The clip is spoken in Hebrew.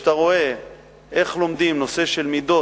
כשאתה רואה איך לומדים נושא של מידות,